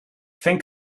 think